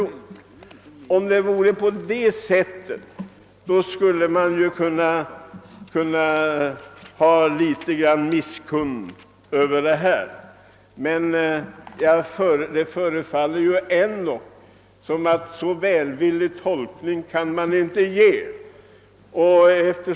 Om så vore fallet, skulle man ju kunna: hysa någon liten misskund med utskottet. En så välvillig tolkning förefaller dock inte vara motiverad.